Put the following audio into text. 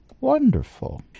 wonderful